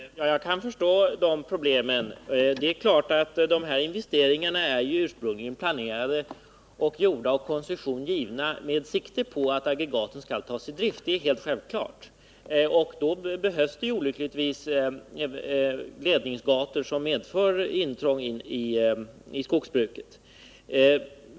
Herr talman! Jag kan förstå de problemen. Det är klart att de här investeringarna ursprungligen är planerade och gjorda och koncessioner givna med sikte på att aggregaten skulle tas i drift. Då är det självklart att det också behövs ledningsgator, som olyckligtvis medför intrång i skogsbruket.